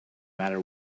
matter